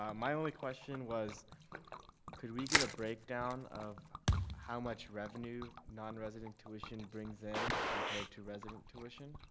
um my only question was could we get a breakdown of how much revenue nonresident tuition brings in compared to resident tuition?